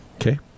Okay